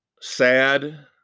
sad